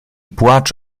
płacz